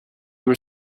were